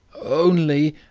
only,